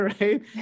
right